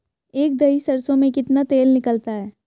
एक दही सरसों में कितना तेल निकलता है?